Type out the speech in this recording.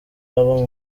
abo